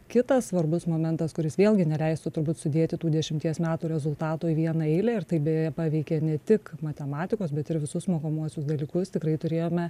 kitas svarbus momentas kuris vėlgi neleistų turbūt sudėti tų dešimties metų rezultatų į vieną eilę ir tai beje paveikė ne tik matematikos bet ir visus mokomuosius dalykus tikrai turėjome